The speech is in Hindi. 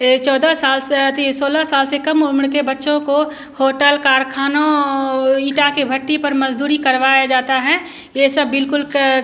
चौदह साल से अथी सोलह साल से कम उम्र के बच्चों को होटल कारखानों और ईंट की भट्ठी पर मज़दूरी करवाई जाती है यह सब बिल्कुल के